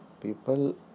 people